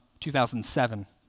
2007